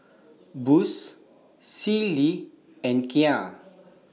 Boost Sealy and Kia